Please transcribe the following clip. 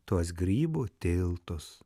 tuos grybų tiltus